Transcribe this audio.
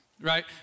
right